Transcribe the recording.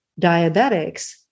diabetics